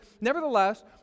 nevertheless